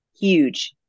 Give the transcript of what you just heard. huge